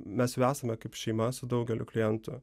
mes jau esame kaip šeima su daugeliu klientų